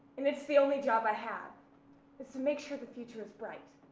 and it's the only job i have, is to make sure the future is bright.